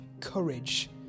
courage